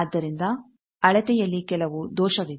ಆದ್ದರಿಂದ ಅಳತೆಯಲ್ಲಿ ಕೆಲವು ದೋಷವಿದೆ